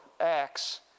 Acts